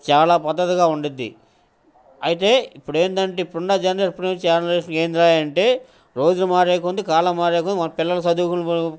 చాలా పద్ధతిగా ఉంటుంది అయితే ఇప్పుడు ఏంటంటే ఇప్పుడున్న జనే ఇప్పుడు జనరేషన్ ఏంటి అంటే రోజు మారే కొద్దీ కాలం మారే కొద్దీ మన పిల్లల చదువు